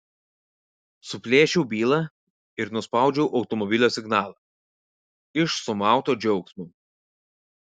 suplėšiau bylą ir nuspaudžiau automobilio signalą iš sumauto džiaugsmo